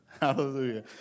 Hallelujah